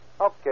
Okay